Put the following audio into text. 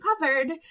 covered